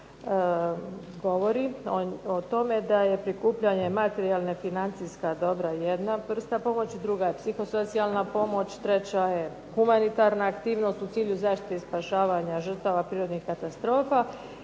govori o tome da je prikupljanje materijalnih financijskih dobara jedna vrsta pomoći, druga je psihosocijalna pomoć, treća je humanitarna aktivnost u cilju zaštite i spašavanja žrtava prirodnih katastrofa